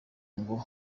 ngo